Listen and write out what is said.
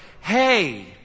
hey